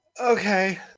Okay